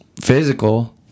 physical